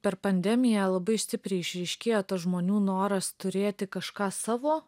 per pandemiją labai stipriai išryškėjo tas žmonių noras turėti kažką savo